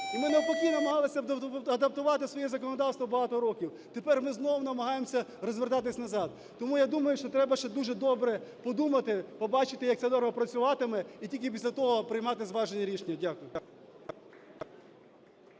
ми навпаки намагались адаптувати своє законодавство багато років. Тепер ми знову намагаємося розвертатись назад. Тому, я думаю, що треба ще дуже добре подумати, побачити як ця норма працюватиме, і тільки після того приймати зважені рішення. Дякую.